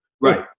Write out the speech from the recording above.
Right